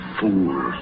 fools